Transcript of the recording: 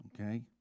Okay